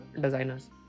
designers